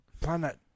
planet